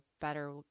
better